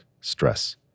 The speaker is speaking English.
stress